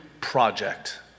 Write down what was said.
project